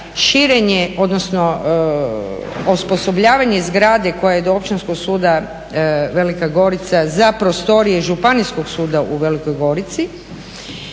širenje, odnosno osposobljavanje zgrade koja je do Općinskog suda Velika Gorica za prostorije Županijskog suda u Velikoj Gorici.